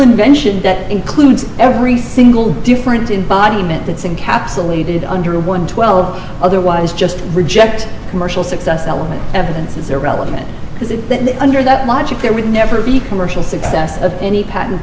invention that includes every single difference in body methods and capsulated under one twelve otherwise just reject commercial success element evidence is irrelevant because it under that logic there would never be commercial success of any pat